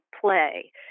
play